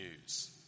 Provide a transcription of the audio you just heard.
news